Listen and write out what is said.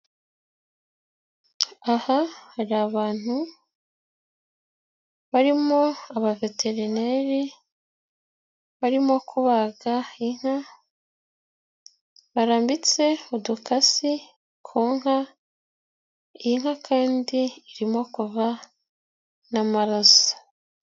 Aha hari abantu barimo abaveterineri barimo kubaga inka barambitse udukasi ku nka, iyi inka kandi irimo kuva n'amaraso.